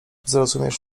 zrozumiesz